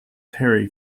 terry